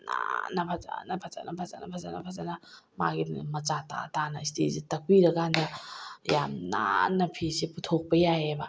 ꯅꯥꯟꯅ ꯐꯖꯅ ꯐꯖꯅ ꯐꯖꯅ ꯐꯖꯅ ꯐꯖꯅ ꯃꯥꯒꯤ ꯃꯆꯥ ꯇꯥ ꯇꯥꯅ ꯏꯁꯇꯤꯁꯦ ꯇꯛꯄꯤꯔꯀꯥꯟꯗ ꯌꯥꯝ ꯅꯥꯟꯅ ꯐꯤꯁꯦ ꯄꯨꯊꯣꯛꯄ ꯌꯥꯏꯌꯦꯕ